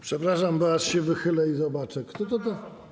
Przepraszam, bo aż się wychylę i zobaczę, kto to tak.